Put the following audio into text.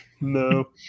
no